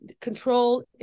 control